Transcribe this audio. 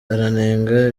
aranenga